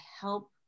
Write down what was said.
help